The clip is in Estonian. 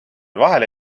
vahele